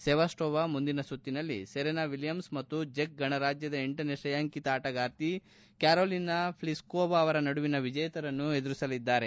Sevastova ಮುಂದಿನ ಸುತ್ತಿನಲ್ಲಿ Serena Williams ಮತ್ತು ಜೆಕ್ ಗಣರಾಜ್ಯದ ಎಂಟನೇ ಶ್ರೇಯಾಂಕಿತ ಆಟಗಾರ್ತಿ ಕ್ಕಾರೋಲಿನಾ ಭ್ಲಿಸ್ಕೋವಾ ಅವರ ನಡುವಿನ ವಿಜೇತರನ್ನು ಎದುರಿಸಲಿದ್ದಾರೆ